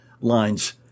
lines